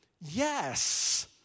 Yes